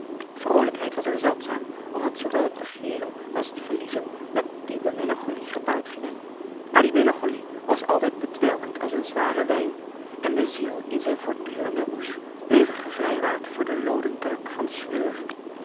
vroolijkheid was er zeldzaam omdat zoowel het begeeren als het verliezen met diepe melancholie gepaard gingen maar die melancholie was altijd bedwelmend als een zware wijn en de ziel in zijn voortdurende roes bleef er gevrijwaard voor de looden druk van de sleur